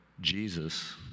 Jesus